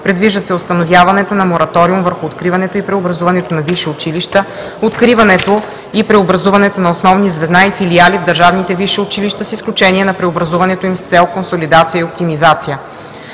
Предвижда се установяването на мораториум върху откриването и преобразуването на висши училища, откриването и преобразуването на основни звена и филиали в държавните висши училища, с изключение на преобразуването им с цел консолидация и оптимизация.